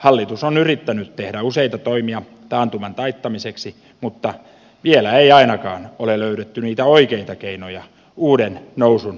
hallitus on yrittänyt tehdä useita toimia taantuman taittamiseksi mutta vielä ei ainakaan ole löydetty niitä oikeita keinoja uuden nousun aikaansaamiseksi